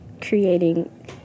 creating